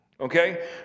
okay